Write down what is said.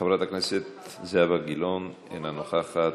חברת הכנסת זהבה גילאון, אינה נוכחת.